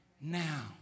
now